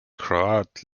grat